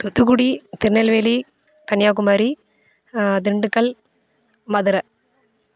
Thoothukudi Tirunelveli Kanyakumari Dindigul Madurai